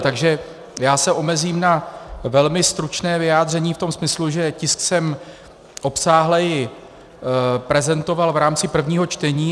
Takže se omezím na velmi stručné vyjádření v tom smyslu, že tisk jsem obsáhleji prezentoval v rámci prvního čtení.